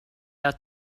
out